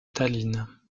tallinn